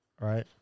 right